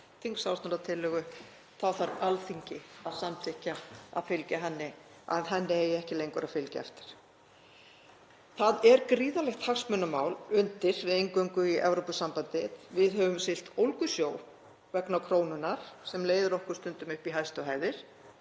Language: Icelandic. þá þarf Alþingi að samþykkja að henni eigi ekki lengur að fylgja eftir. Það er gríðarlegt hagsmunamál undir við inngöngu í Evrópusambandið. Við höfum siglt ólgusjó vegna krónunnar sem leiðir okkur stundum upp í hæstu hæðir